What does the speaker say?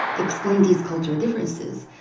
explained these cultural differences.